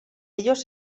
ellos